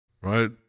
Right